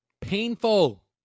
Painful